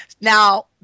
Now